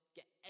get